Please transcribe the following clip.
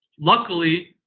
luckily,